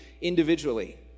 individually